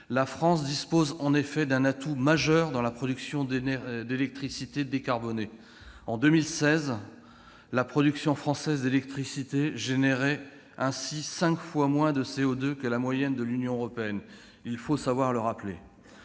La France dispose en effet d'un atout majeur dans la production d'électricité décarbonée. En 2016, la production française d'électricité générait ainsi cinq fois moins de CO2 que la moyenne de l'Union européenne ; il faut savoir le rappeler.